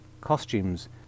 costumes